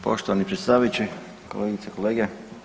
Poštovani predsjedavajući, kolegice i kolege.